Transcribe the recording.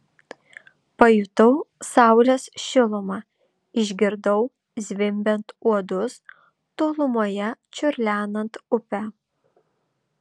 pajutau saulės šilumą išgirdau zvimbiant uodus tolumoje čiurlenant upę